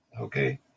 Okay